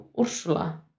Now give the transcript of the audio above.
Ursula